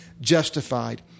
justified